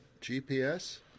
GPS